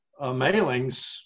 mailings